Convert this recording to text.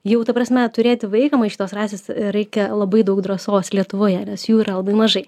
jau ta prasme turėti vaiką maišytos rasės reikia labai daug drąsos lietuvoje nes jų yra labai mažai